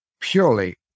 purely